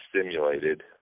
stimulated